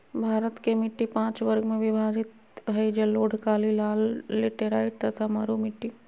भारत के मिट्टी पांच वर्ग में विभाजित हई जलोढ़, काली, लाल, लेटेराइट तथा मरू मिट्टी